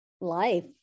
life